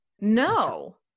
No